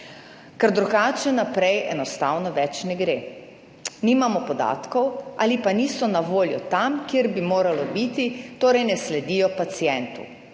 ker drugače naprej enostavno več ne gre. Nimamo podatkov ali pa niso na voljo tam, kjer bi morali biti, torej, ne sledijo pacientu,